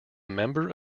member